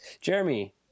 Jeremy